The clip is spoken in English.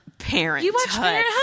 parenthood